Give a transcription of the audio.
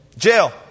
jail